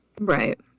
Right